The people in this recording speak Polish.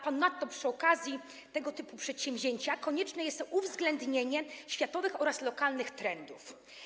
Ponadto przy okazji tego typu przedsięwzięcia konieczne jest uwzględnienie światowych oraz lokalnych trendów.